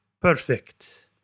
Perfect